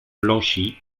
blanchie